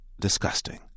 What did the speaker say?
disgusting